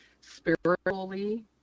spiritually